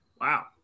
wow